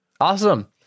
Awesome